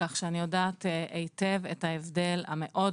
כך שאני יודעת היטב את ההבדל המאוד